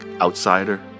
outsider